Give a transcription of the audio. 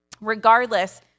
Regardless